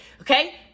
Okay